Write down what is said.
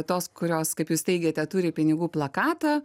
tos kurios kaip jūs teigiate turi pinigų plakatą